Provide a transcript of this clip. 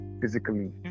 physically